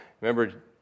Remember